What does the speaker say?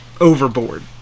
Overboard